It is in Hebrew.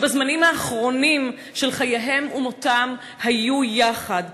שבזמנים האחרונים של חייהם ומותם היו יחד.